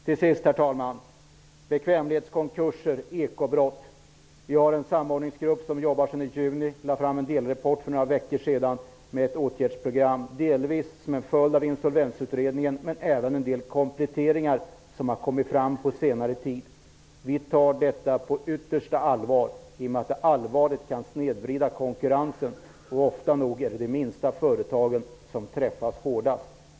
Till sist kan jag nämna att vi i fråga om bekvämlighetskonkurser och ekobrott har en samordningsgrupp, som har jobbat sedan i juni och som för några veckor sedan lade fram en delrapport med ett åtgärdsprogram, delvis som en följd av Insolvensutredningen, men även på grund av en del kompletteringar som har kommit fram på senare tid. Vi tar detta på yttersta allvar, i och med att det allvarligt kan snedvrida konkurrensen. Det är ofta de minsta företagen som träffas hårdast.